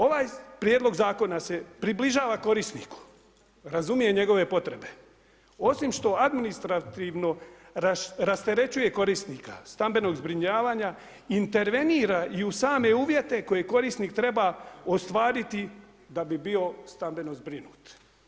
Ovaj prijedlog zakona se približava korisniku, razumije njegove potrebe, osim što administrativno rasterećuje korisnika stambenog zbrinjavanja, intervenira i u same uvjete koje korisnik treba ostvariti da bi bio stambeno zbrinut.